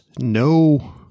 no